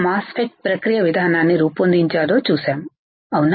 mass ఫెట్ ప్రక్రియ విధానాన్ని రూపొందించాలో చూసాము అవునా